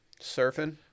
Surfing